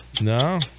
No